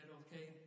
okay